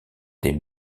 des